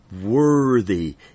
worthy